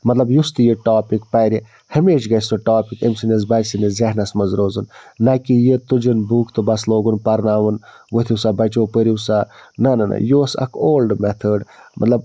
مطلب یُس تہِ یہِ ٹاپِک پَرِ ہمیشہِ گژھِ سُہ ٹاپِک أمۍ سٕنٛدِس بچہِ سٕنٛدِس ذہنَس منٛز روزُن نہَ کہِ یہِ تُجُن بُک تہٕ بَس لوگُن پَرناوُن ؤتھِو سا بَچو پٔرِو سا نہَ نہَ نہَ یہِ اوس اَکھ اولڈ میتھٲڈ مطلب